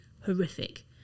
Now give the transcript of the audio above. horrific